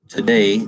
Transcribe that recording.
Today